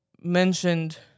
mentioned